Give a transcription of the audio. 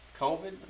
covid